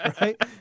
Right